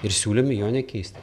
ir siūlėme jo nekeisti